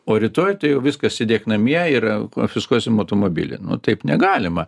o rytoj tai jau viskas sėdėk namie ir konfiskuosim automobilį nu taip negalima